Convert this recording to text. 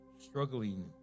struggling